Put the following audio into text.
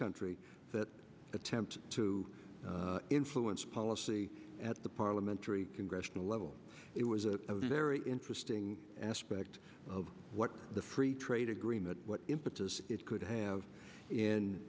country that attempt to influence policy at the parliamentary congressional level it was a very interesting aspect of what the free trade agreement what impact is it could have in